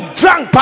drunk